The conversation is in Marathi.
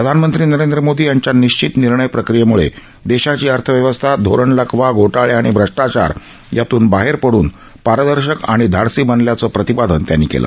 प्रधानमंत्री नरेंद्र मोदी यांच्या निश्चित निर्णय प्रक्रीयेम्ळे देशाची अर्थव्यवस्था धोरण लकवा घोटाळे आणि भ्रष्टाचार यातून बाहेर पडून पारदर्शक आणि धाडसी बनल्याचं प्रतिपादन त्यांनी केलं